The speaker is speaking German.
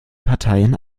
parteien